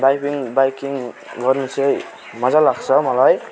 biking biking गर्नु चाहिँ मजा लाग्छ मलाई